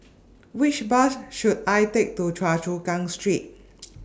Which Bus should I Take to Choa Chu Kang Street